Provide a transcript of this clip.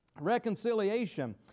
reconciliation